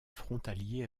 frontalier